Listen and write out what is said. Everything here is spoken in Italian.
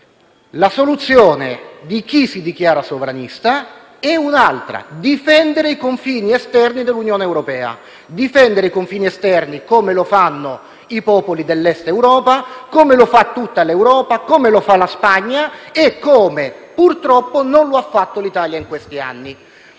La soluzione di chi si dichiara sovranista è un'altra: difendere i confini esterni dell'Unione europea, come fanno i popoli dell'Est Europa, come fa tutta l'Europa, come fa la Spagna e come, purtroppo, non l'ha fatto l'Italia in questi anni.